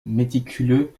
méticuleux